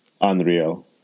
unreal